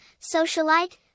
socialite